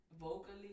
vocally